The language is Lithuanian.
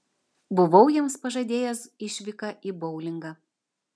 buvau jiems pažadėjęs išvyką į boulingą